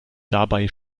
dabei